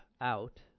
out